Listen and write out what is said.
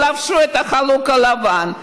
ולבשו את החלוק הלבן.